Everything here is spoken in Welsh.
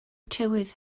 tywydd